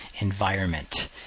environment